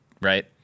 right